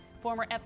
former